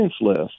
list